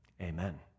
Amen